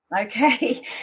Okay